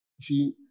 see